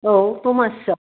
औ दमासिआव